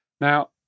Now